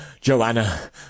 Joanna